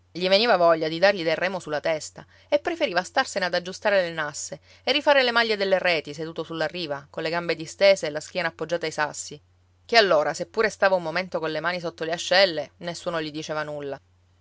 gli veniva voglia di dargli del remo sulla testa e preferiva starsene ad aggiustare le nasse e rifare le maglie delle reti seduto sulla riva colle gambe distese e la schiena appoggiata ai sassi che allora se pure stava un momento colle mani sotto le ascelle nessuno gli diceva nulla